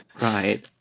Right